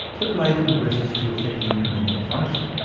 but later progresses to affecting mental function.